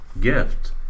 gift